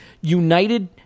United